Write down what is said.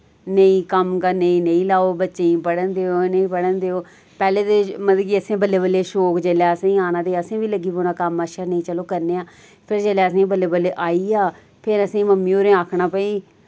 नेईं कम्म करने ईं नेईं लाओ बच्चें गी पढ़न देओ इनेंगी पढ़न देओ पैह्ले ते मतलब कि असें बल्लें बल्लें शौक जेल्लै असेंगी आना ते असें बी लग्गी पौना कम्म अच्छा नि चलो करनेआं फिर जेल्लै असें बल्लें बल्लें आई गेआ फिर असें मम्मी होरें आखना भाई